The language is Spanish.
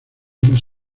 más